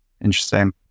interesting